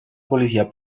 policía